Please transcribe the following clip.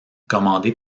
commandée